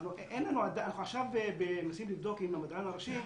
אנחנו עכשיו מנסים לבדוק עם המדען הראשי,